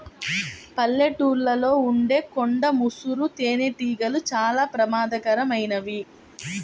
పల్లెటూళ్ళలో ఉండే కొండ ముసురు తేనెటీగలు చాలా ప్రమాదకరమైనవి